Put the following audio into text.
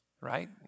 right